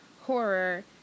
horror